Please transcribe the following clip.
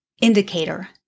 Indicator